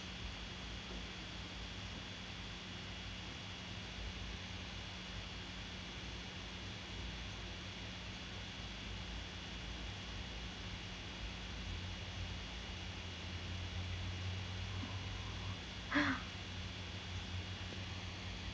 ha